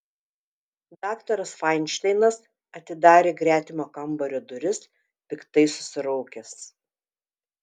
daktaras fainšteinas atidarė gretimo kambario duris piktai susiraukęs